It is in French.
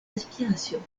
aspirations